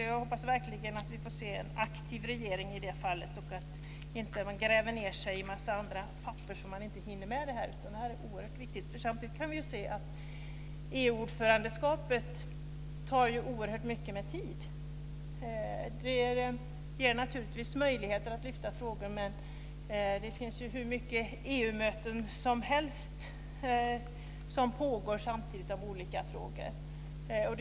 Jag hoppas verkligen att vi får se en aktiv regering och att man inte gräver ned sig i papper, så att man inte hinner med det. Detta är oerhört viktigt. EU-ordförandeskapet tar oerhört mycket tid. Det ger naturligtvis möjligheter att lyfta frågor. Men det finns hur många EU-möten som helst som pågår samtidigt om olika frågor.